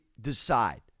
decide